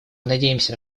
надеемся